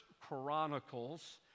Chronicles